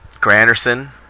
Granderson